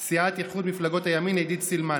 סיעת איחוד מפלגות הימין, עידית סילמן.